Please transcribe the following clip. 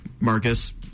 Marcus